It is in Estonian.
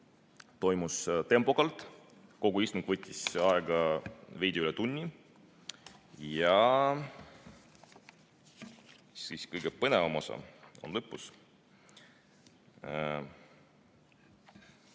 toimus tempokalt, kogu istung võttis aega veidi üle tunni. Kõige põnevam osa on lõpus.